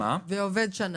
ועובד שנה.